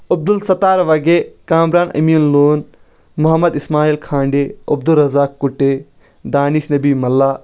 Abdul Sattar Wagay Kamran Amin Lone Mohammad Ismail Khanday Abdul Razaq Kuttay Danish Nabi Mulla